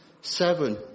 Seven